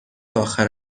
آخر